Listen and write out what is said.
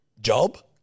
job